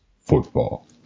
Football